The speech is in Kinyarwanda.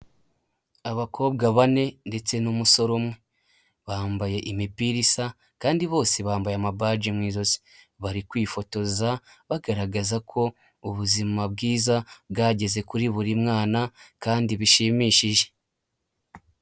Abakobwa bane ndetse n'umusore umwe bambaye imipira isa kandi bose bambaye amabaji mu ijosi, bari kwifotoza bagaragaza ko ubuzima bwiza bwageze kuri buri mwana kandi bishimishije.